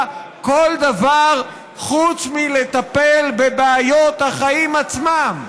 כל דבר חוץ מלטפל בבעיות החיים עצמם,